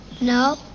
No